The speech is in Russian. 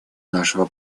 нашего